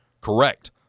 correct